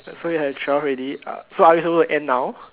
so we have twelve already uh so are we supposed to end now